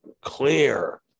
clear